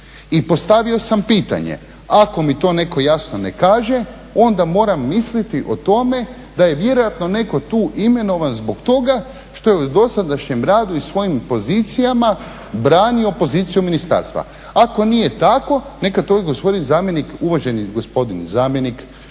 I postavio sam pitanje, ako mi to netko jasno ne kaže, onda moram misliti o tome da je vjerojatno netko tu imenovan zbog toga što je u dosadašnjem radu i svojim pozicijama branio poziciju ministarstva, ako nije tako neka to gospodin zamjenik, uvaženi gospodin zamjenik